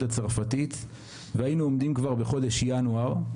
הצרפתית והיינו עומדים כבר בחודש ינואר,